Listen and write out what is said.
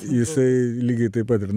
jisai lygiai taip pat ir